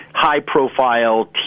high-profile